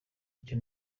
icyo